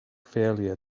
failure